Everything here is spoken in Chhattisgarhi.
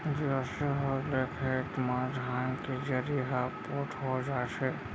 बियासी होए ले खेत म धान के जरी ह पोठ हो जाथे